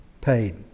paid